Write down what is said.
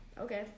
okay